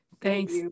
thanks